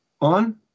on